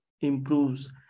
improves